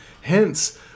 Hence